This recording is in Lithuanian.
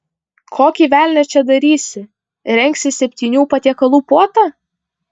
kokį velnią čia darysi rengsi septynių patiekalų puotą